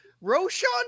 Roshan